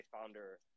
founder